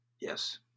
Yes